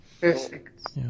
Perfect